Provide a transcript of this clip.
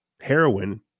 heroin